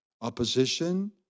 opposition